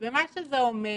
מה שזה אומר,